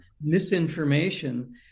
misinformation